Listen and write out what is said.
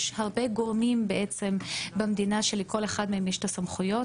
יש הרבה גורמים במדינה שלכל אחד מהם יש הסמכויות,